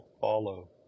follow